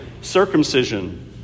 circumcision